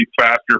faster